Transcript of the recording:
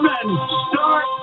Start